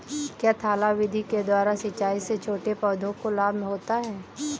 क्या थाला विधि के द्वारा सिंचाई से छोटे पौधों को लाभ होता है?